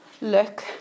Look